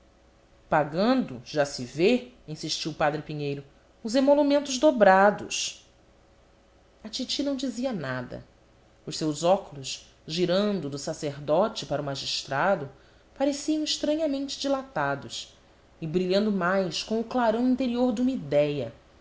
pagando já se vê insistiu padre pinheiro os emolumentos dobrados a titi não dizia nada os seus óculos girando do sacerdote para o magistrado pareciam estranhamente dilatados e brilhando mais com o clarão interior de uma idéia